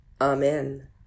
amen